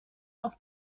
auf